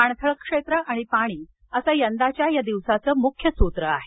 पाणथळ क्षेत्र आणि पाणी असं यंदाच्या या दिवसाचं मुख्य सूत्र आहे